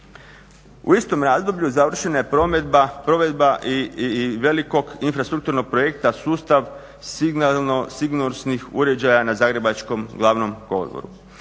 U istom razdoblju završena je provedba i velikog infrastrukturnog projekta sustav signalno sigurnosnih uređaja na Zagrebačkom glavnom kolodvoru.